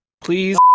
Please